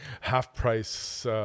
half-price